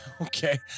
Okay